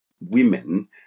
women